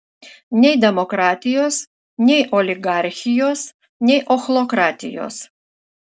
nei demokratijos nei oligarchijos nei ochlokratijos